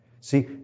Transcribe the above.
See